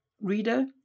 Reader